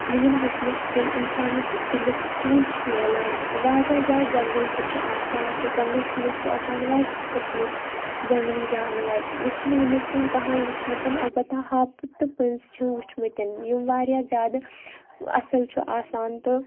یِمَن وٕچھںَس کُن اِنسانَس دِلُک سُکوٗن چھِ ملان تہٕ واریاہ زیادٕ جنٛگل تہِ چھُ آسان تہٕ جنٛگلَس منٛز چھُ آسان واریَہَو قٕسمٕکۍ جنگلی جاناوَار مےٚ چھُنہٕ وٕنیُٚک تانۍ کانٛہہ ہانۍ وٕچھمُت البتہ ہاپُتھ تہٕ پٔنٛزۍ چھِم وٕچھمٕتۍ یِم واریاہ زیادٕ اَصُل چھُ آسان تہٕ